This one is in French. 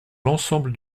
l’ensemble